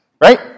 right